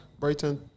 Brighton